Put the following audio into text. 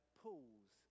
pools